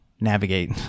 navigate